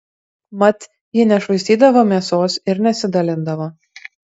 mat ji nešvaistydavo mėsos ir nesidalindavo